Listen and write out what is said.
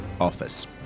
office